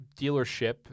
dealership